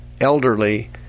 elderly